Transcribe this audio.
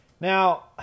Now